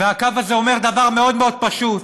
והקו הזה אומר דבר מאוד מאוד פשוט: